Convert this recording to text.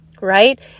right